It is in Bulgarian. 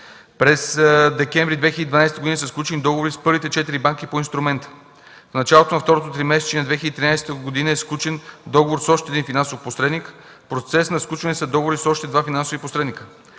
През декември 2012 г. са сключени договори с първите четири банки по инструмента. В началото на второто тримесечие на 2013 г. е сключен договор с още един финансов посредник. В процес на сключване са договори с още два финансови посредника.